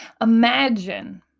imagine